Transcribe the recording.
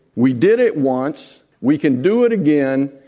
we did it once. we can do it again.